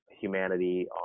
humanity